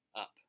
up